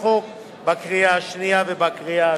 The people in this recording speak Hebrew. החוק בקריאה השנייה ובקריאה השלישית.